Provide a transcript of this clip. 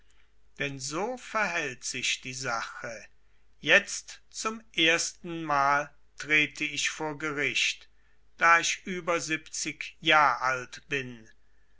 denn so verhält sich die sache jetzt zum erstenmal trete ich vor gericht da ich über siebzig jahr alt bin